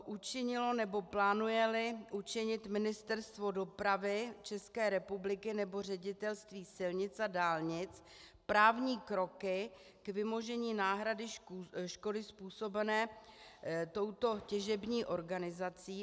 Učinilo nebo plánujeli učinit Ministerstvo dopravy České republiky nebo Ředitelství silnic a dálnic právní kroky k vymožení náhrady škody způsobené touto těžební organizací?